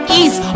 east